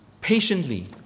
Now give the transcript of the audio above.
patiently